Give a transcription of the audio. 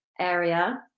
area